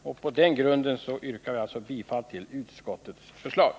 Mot denna bakgrund yrkar jag bifall till utskottets hemställan.